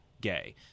gay